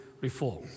reform